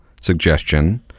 suggestion